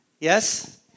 Yes